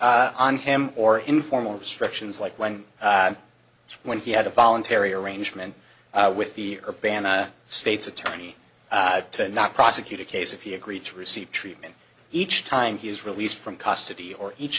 on him or informal restrictions like when when he had a voluntary arrangement with the er bana state's attorney to not prosecute a case if he agreed to receive treatment each time he was released from custody or each